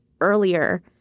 earlier